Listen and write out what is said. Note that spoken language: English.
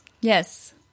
yes